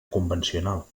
convencional